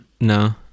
no